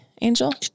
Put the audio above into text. Angel